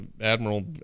Admiral